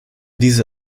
diese